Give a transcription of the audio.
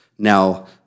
Now